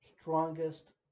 strongest